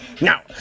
Now